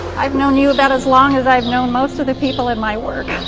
i've known you about as long as i've known most of the people in my work,